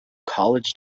college